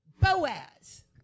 Boaz